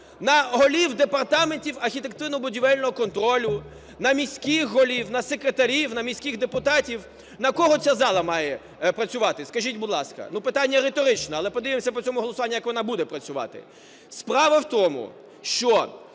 на голів департаментів архітектурно-будівельного контролю, на міських голів, на секретарів, на міських депутатів? На кого ця зала має працювати, скажіть, будь ласка? Питання риторичне, але подивимося по цьому голосуванню, як вона буде працювати. Справа в тому, що